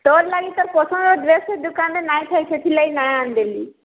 ତୋର ଲାଗି ତୋର ପସନ୍ଦର ଡ୍ରେସ୍ ଦୁକାନରେ ନାଇଁ ଥାଇ ସେଥିର ଲାଗି ନାଇଁ ଆନିଦେଲି